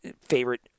favorite